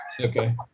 Okay